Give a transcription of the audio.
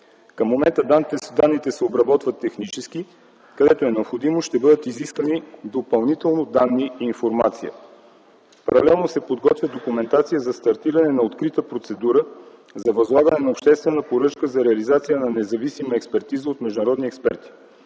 Към момента данните се обработват технически. Където е необходимо, ще бъдат изискани допълнително данни и информация. Паралелно се подготвя документация за стартиране на открита процедура за възлагане на обществена поръчка за реализация на независима експертиза от международни експерти.